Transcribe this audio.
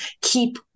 keep